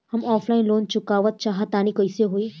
हम offline loan चुकावल चाहऽ तनि कइसे होई?